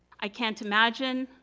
i can't imagine